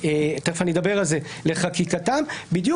תכף אני אדבר על זה - לחקיקתם בדיוק